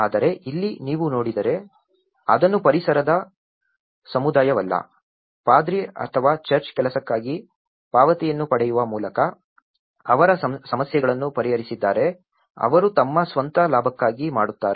ಆದರೆ ಇಲ್ಲಿ ನೀವು ನೋಡಿದರೆ ಅದನ್ನು ಪರಿಹರಿಸದ ಸಮುದಾಯವಲ್ಲ ಪಾದ್ರಿ ಅಥವಾ ಚರ್ಚ್ ಕೆಲಸಕ್ಕಾಗಿ ಪಾವತಿಯನ್ನು ಪಡೆಯುವ ಮೂಲಕ ಅವರ ಸಮಸ್ಯೆಗಳನ್ನು ಪರಿಹರಿಸಿದ್ದಾರೆ ಅವರು ತಮ್ಮ ಸ್ವಂತ ಲಾಭಕ್ಕಾಗಿ ಮಾಡುತ್ತಾರೆ